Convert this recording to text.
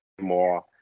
more